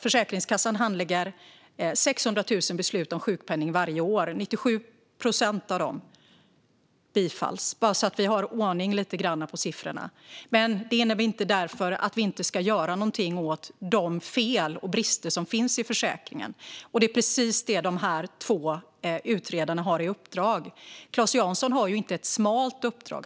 Försäkringskassan handlägger 600 000 beslut om sjukpenning varje år. 97 procent av dem bifalls. Jag säger detta för att vi ska ha lite ordning på siffrorna. Men det innebär inte att vi inte ska göra någonting åt de fel och brister som finns i försäkringen. Det är precis detta som dessa två utredare har i uppdrag att se över. Claes Jansson har inte ett smalt uppdrag.